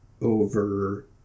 over